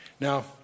Now